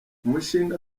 umushinga